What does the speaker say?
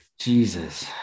Jesus